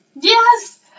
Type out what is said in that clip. Yes